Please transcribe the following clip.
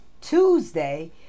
Tuesday